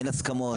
אין הסכמות,